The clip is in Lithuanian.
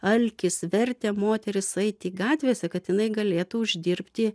alkis vertė moteris eit į gatvėse kad inai galėtų uždirbti